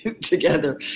together